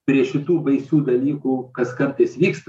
prie šitų baisių dalykų kas kartais vyksta